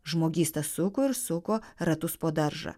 žmogysta suko ir suko ratus po daržą